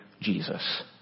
Jesus